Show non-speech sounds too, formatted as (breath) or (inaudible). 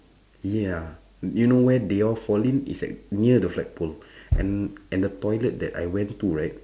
ya you know where they all fall in is at near the flagpole (breath) and and the toilet that I went to right